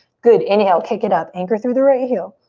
good, inhale, kick it up. anchor through the right heel.